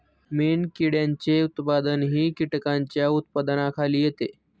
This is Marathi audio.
मेणकिड्यांचे उत्पादनही कीटकांच्या उत्पादनाखाली येते